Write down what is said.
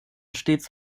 stets